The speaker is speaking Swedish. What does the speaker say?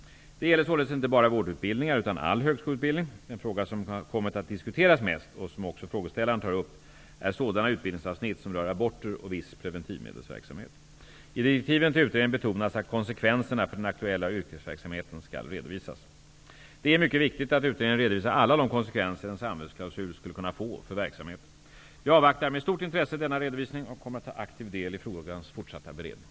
Det gäller således inte bara vårdutbildningar utan all högskoleutbildning. Den fråga som kommit att diskuteras mest, och som också frågeställaren tar upp här, är sådana utbildningsavsnitt som rör aborter och viss preventivmedelsverksamhet. I direktiven till utredningen betonas att konsekvenserna för den aktuella yrkesverksamheten skall redovisas. Det är mycket viktigt att utredningen redovisar alla de konsekvenser en samvetsklausul skulle kunna få för verksamheten. Jag avvaktar med stort intresse denna redovisning och kommer att ta aktiv del i frågans fortsatta beredning.